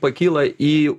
pakyla į